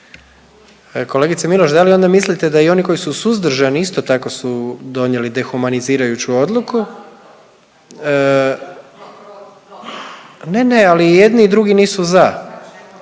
Kolegice Miloš da li onda mislite da i oni koji su suzdržani isto tako su donijeli dehumanizirajuću odluku? Ne, ne ali ni jedni ni drugi nisu za.